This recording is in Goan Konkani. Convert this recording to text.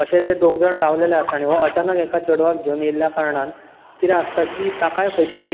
अशें ते दोग जाण रावलेले आसता आनी हो अचानक एका चेडवाक घेवून एयल्लेल्या कारणान कितें आसता की ताकाय खंय तरी